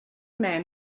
man